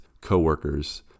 coworkers